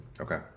Okay